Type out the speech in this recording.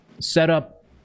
setup